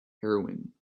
heroine